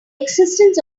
existence